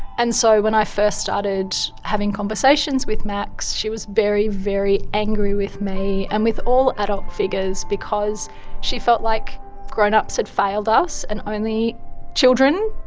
and so when i first started having conversations with max, she was very, very angry with me and with all adult figures because she felt like grown-ups had failed us and only children,